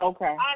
Okay